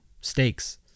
stakes